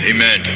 Amen